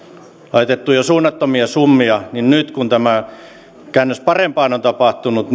laitettu suunnattomia summia niin juuri nyt kun tämä käännös parempaan on tapahtunut